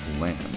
land